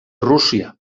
rússia